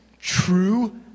true